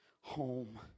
home